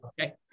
Okay